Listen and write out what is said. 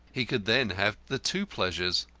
he could then have the two pleasures.